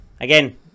again